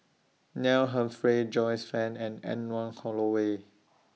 Neil Humphreys Joyce fan and Anne Wong Holloway